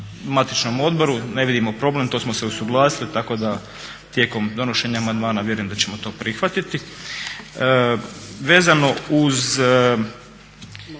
ne vidimo problem, to smo se usuglasili tako da tijekom donošenja amandmana vjerujem da ćemo to prihvatiti.